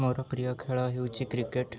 ମୋର ପ୍ରିୟ ଖେଳ ହେଉଛି କ୍ରିକେଟ୍